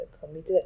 committed